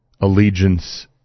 allegiance